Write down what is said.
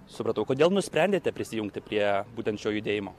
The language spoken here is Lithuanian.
supratau kodėl nusprendėte prisijungti prie būtent šio judėjimo